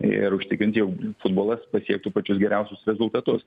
ir užtikrinti jog futbolas pasiektų pačius geriausius rezultatus